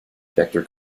vector